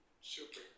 super